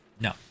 No